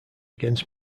against